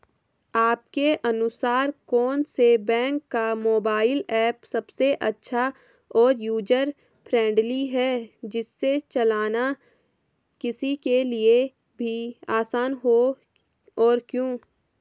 आपके अनुसार कौन से बैंक का मोबाइल ऐप सबसे अच्छा और यूजर फ्रेंडली है जिसे चलाना किसी के लिए भी आसान हो और क्यों?